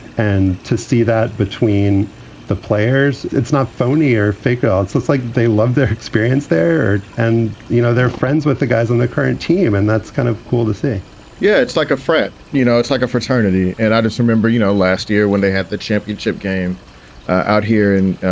and to see that between the players, it's not phony or fake. ah so it's like they love their experience there. and, you know, they're friends with the guys on the current team. and that's kind of cool to think yeah, it's like a friend. you know, it's like a fraternity. and i just remember, you know, last year when they had the championship game out here in